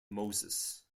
moses